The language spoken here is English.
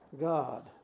God